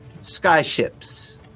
skyships